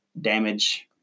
damage